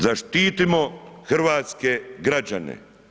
Zaštitimo hrvatske građane.